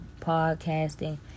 podcasting